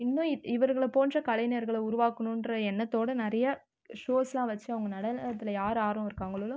இன்னும் இவர்களை போன்ற கலைஞர்களை உருவாக்கணும்ன்ற எண்ணத்தோட நிறைய ஷோஸ்லாம் வச்சு அவங்க நடனத்தில் யார் ஆர்வம் இருக்காங்களோ